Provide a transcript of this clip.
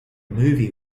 movie